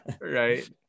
Right